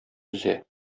өзә